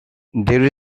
there